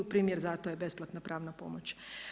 Primjer za to je besplatna pravna pomoć.